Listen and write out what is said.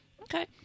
Okay